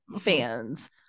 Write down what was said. fans